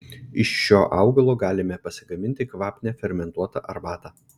iš šio augalo galime pasigaminti kvapnią fermentuotą arbatą